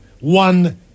One